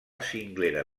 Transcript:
cinglera